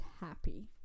happy